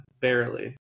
barely